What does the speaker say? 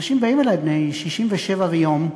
אנשים באים אלי, בני 67 ויום,